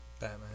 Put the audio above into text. Batman